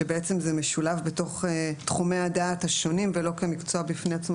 שבעצם זה משולב בתוך תחומי הדעת השונים ולא כמקצוע בפני עצמו,